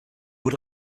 what